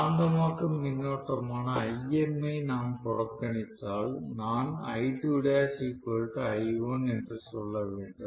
காந்தமாக்கும் மின்னோட்டமான Im ஐ நாம் புறக்கணித்தால் நான் என்று சொல்ல வேண்டும்